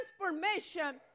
transformation